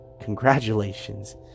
Congratulations